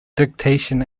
dictation